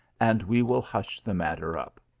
and we will hush the matter up.